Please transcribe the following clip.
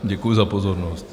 Děkuji za pozornost.